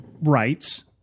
rights